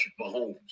Mahomes